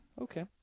Okay